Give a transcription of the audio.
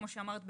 כמו שאמרת,